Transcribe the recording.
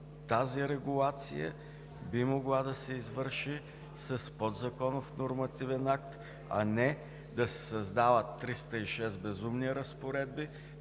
Тази регулация би могла да се извърши с подзаконов нормативен акт, а не да се създават 306 безумни разпоредби,